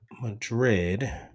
Madrid